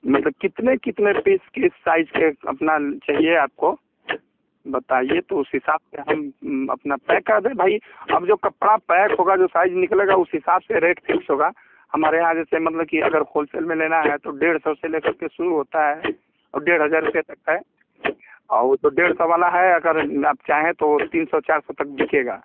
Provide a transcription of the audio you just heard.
मतलब कितने कितने पीस के साइज़ के अपना ल चाहिए आपको बताइए तो उस हिसाब से हम अपना पैक करा दें भाई अब जो कपड़ा पैक होगा जो साइज़ निकलेगा उस हिसाब से रेट फिक्स होगा हमारे यहाँ जैसे मतलब की अगर होलसेल में लेना है तो डेढ़ सौ से लेकर के शुरू होता है और डेढ़ हजार रुपया तक है और वो तो डेढ़ सौ वाला है अगर आप चाहें तो वो तीन सौ चार सौ तक बिकेगा